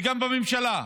וגם בממשלה,